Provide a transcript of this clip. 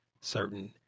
certain